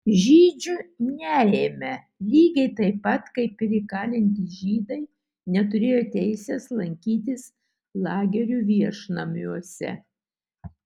žydžių neėmė lygiai taip pat kaip ir įkalinti žydai neturėjo teisės lankytis lagerių viešnamiuose